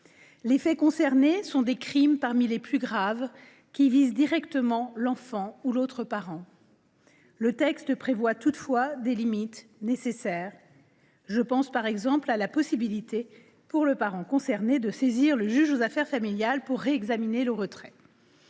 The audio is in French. Les faits concernés sont des crimes, parmi les plus graves, qui visent directement l’enfant ou l’autre parent. Ce texte apporte toutefois des limites nécessaires – je pense par exemple à la possibilité, pour le parent concerné, de saisir le juge aux affaires familiales pour réexaminer la décision